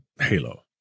Halo